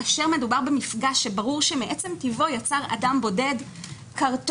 כאשר מדובר במפגע שברור מעצם טבעו שיצר אותו אדם בודד קרטון,